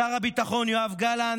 שר הביטחון יואב גלנט,